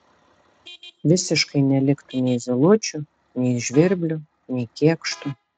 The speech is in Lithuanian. visiškai neliktų nei zylučių nei žvirblių nei kėkštų